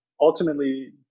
Ultimately